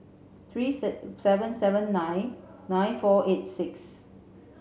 three seven seven nine nine four eight six